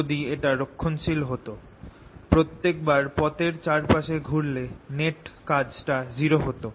যদি এটা রক্ষণশীল হত প্রত্যেক বার পথ এর চারপাশে ঘুরলে নেট কাজ টা 0 হত